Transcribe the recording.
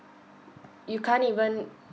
you can't even